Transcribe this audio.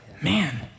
man